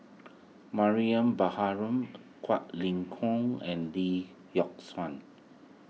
Mariam Baharom Quek Ling Kiong and Lee Yock Suan